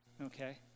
okay